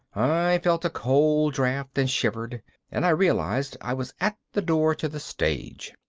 i felt a cold draft and shivered and i realized i was at the door to the stage.